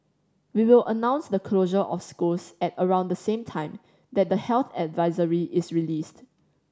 we will announce the closure of schools at around the same time that the health advisory is released